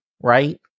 right